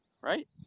Right